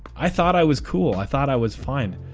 i thought i was cool. i thought i was fine,